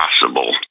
possible